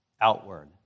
outward